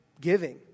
giving